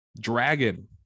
Dragon